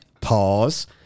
pause